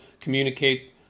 communicate